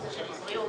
בנושא הבריאות,